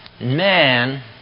man